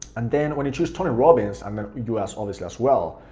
and then when you choose tony robbins, i mean, us obviously as well,